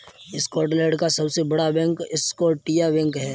Scotland का सबसे बड़ा बैंक स्कॉटिया बैंक है